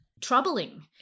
troubling